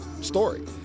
story